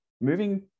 moving